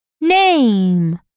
name